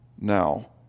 now